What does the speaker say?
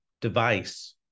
device